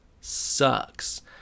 sucks